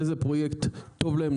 איזה פרויקט טוב להם,